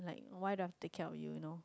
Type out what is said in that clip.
like why do I take care of you you know